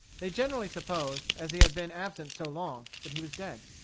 they generally supposed, as he had been absent so long, that he was dead.